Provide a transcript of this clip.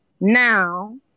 now